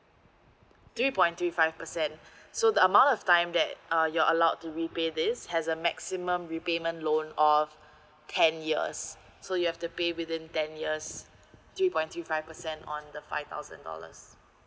three point three five percent so the amount of time that uh you're allowed to repay this has a maximum repayment loan of ten years so you have to pay within ten years three point three five percent on the five thousand dollars